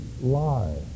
lie